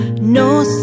no